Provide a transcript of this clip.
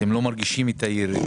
אתם לא מרגישים את הירידה?